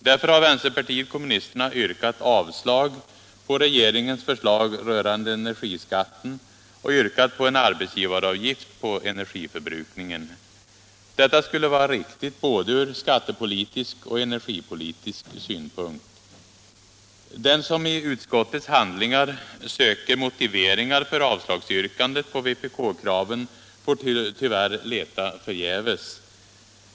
Därför har vänsterpartiet kommunisterna yrkat avslag på regeringens förslag rörande energiskatten och yrkat på en arbetsgivaravgift på energiförbrukningen. Detta skulle vara riktigt från både skattepolitisk och energipolitisk synpunkt. Den som i utskottets handlingar söker motiveringar för yrkandet om avslag på vpk-kraven får tyvärr leta förgäves.